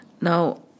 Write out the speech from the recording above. Now